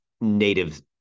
native